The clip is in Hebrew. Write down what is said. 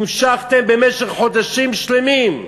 המשכתם במשך חודשים שלמים.